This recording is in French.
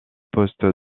poste